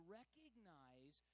recognize